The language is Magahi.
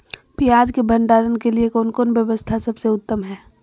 पियाज़ के भंडारण के लिए कौन व्यवस्था सबसे उत्तम है?